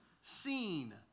seen